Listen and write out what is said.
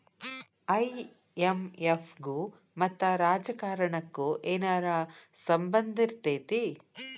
IMF ಗು ಮತ್ತ ರಾಜಕಾರಣಕ್ಕು ಏನರ ಸಂಭಂದಿರ್ತೇತಿ?